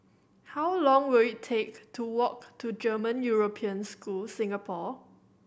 how long will it take to walk to German European School Singapore